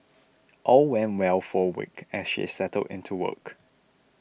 all went well for a week as she settled into work